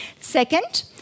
Second